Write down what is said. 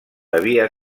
devia